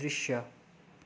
दृश्य